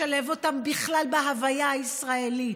לשלב אותם בכלל בהוויה הישראלית.